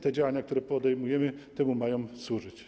Te działania, które podejmujemy, temu mają służyć.